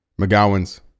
McGowans